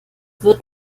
wird